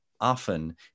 often